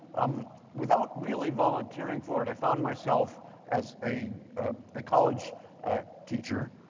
um without really volunteering for it, i found myself as a a college ah teacher,